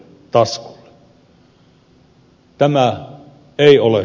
tämä ei ole hyväksyttävää